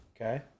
Okay